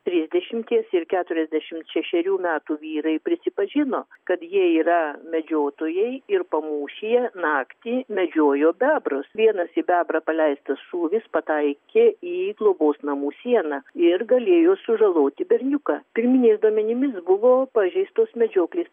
trisdešimties ir keturiasdešimt šešerių metų vyrai prisipažino kad jie yra medžiotojai ir pamūšyje naktį medžiojo bebrus vienas į bebrą paleistas šūvis pataikė į globos namų sieną ir galėjo sužaloti berniuką pirminiais duomenimis buvo pažeistos medžioklės